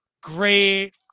great